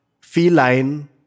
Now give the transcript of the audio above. feline